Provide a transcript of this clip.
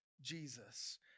Jesus